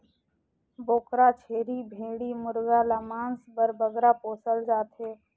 बोकरा, छेरी, भेंड़ी मुरगा ल मांस बर बगरा पोसल जाथे